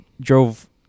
Drove